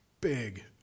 big